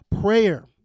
prayer